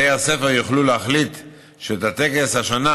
בתי הספר יוכלו להחליט שאת הטקס השנה